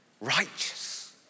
righteous